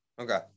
Okay